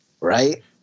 Right